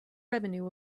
revenue